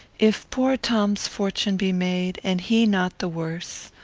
if poor tom's fortune be made, and he not the worse,